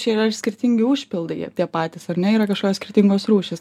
čia yra ir skirtingi užpildai jie tie patys ar ne yra kašokios skirtingos rūšys